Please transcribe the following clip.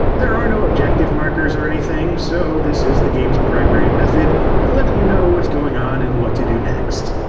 there are no objective markers or anything, so this is the game's primary method of letting you know what's going on and what to do next.